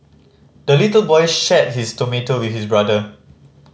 the little boy shared his tomato with his brother